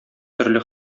төрле